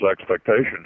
expectations